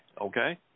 Okay